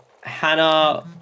Hannah